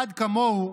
אחד כמוהו,